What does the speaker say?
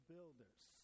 Builders